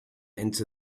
into